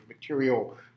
material